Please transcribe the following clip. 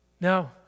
Now